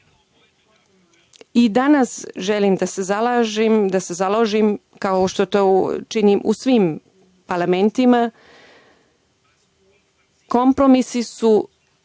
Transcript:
želim da se založim, kao što to činim u svim parlamentima, kompromisi su